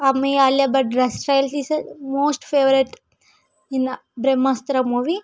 ఆమె Alia Bhatt dress style is most favourite in Brahmastra movie